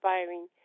inspiring